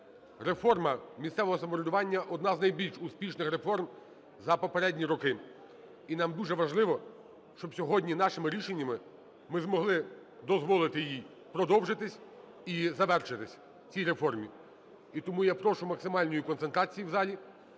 Реформа місцевого самоврядування – одна з найбільш успішних реформ за попередні роки. І нам дуже важливо, щоб сьогодні нашими рішеннями ми змогли дозволити їй продовжитись і завершитись, цій реформі. І тому я прошу максимальної концентрації в залі,